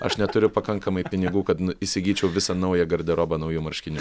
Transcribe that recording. aš neturiu pakankamai pinigų kad n įsigyčiau visą naują garderobą naujų marškinių